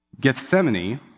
Gethsemane